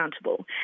accountable